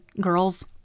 girls